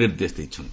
ନିର୍ଦ୍ଦେଶ ଦେଇଛନ୍ତି